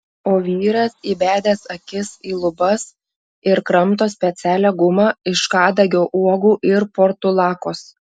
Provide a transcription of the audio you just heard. o vyras įbedęs akis į lubas ir kramto specialią gumą iš kadagio uogų ir portulakos